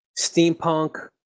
steampunk